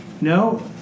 No